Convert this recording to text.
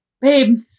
babe